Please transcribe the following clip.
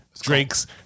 Drake's